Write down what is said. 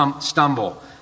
stumble